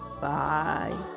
Bye